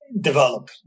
develop